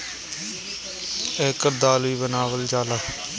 एकर दाल भी बनावल जाला